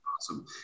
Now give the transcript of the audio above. Awesome